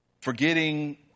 forgetting